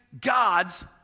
God's